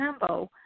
Cambo